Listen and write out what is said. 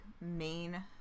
main